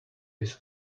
his